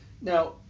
now